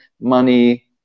money